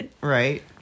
Right